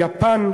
יפן?